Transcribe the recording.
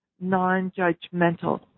non-judgmental